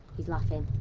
he's laughing.